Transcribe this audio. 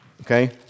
Okay